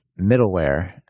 middleware